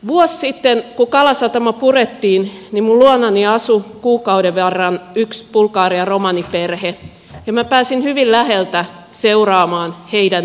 vuosi sitten kun kalasatama purettiin minun luonani asui kuukauden verran yksi bulgarian romaniperhe ja minä pääsin hyvin läheltä seuraamaan heidän elämäänsä